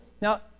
Now